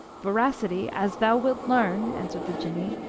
veracity, as thou wilt learn, answered the jinnee,